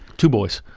two boys.